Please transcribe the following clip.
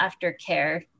aftercare